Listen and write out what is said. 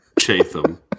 chatham